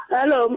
Hello